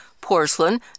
porcelain